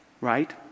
right